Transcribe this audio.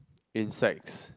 insects